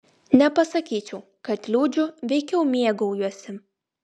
nepasakyčiau kad liūdžiu veikiau mėgaujuosi